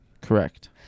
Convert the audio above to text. Correct